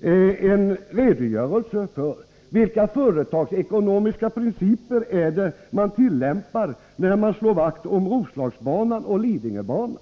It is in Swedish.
en redogörelse för vilka företagsekonomiska principer det är man tillämpar när man slår vakt om Roslagsbanan och Lidingöbanan.